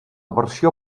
versió